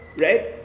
right